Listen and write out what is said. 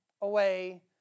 away